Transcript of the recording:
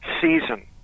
season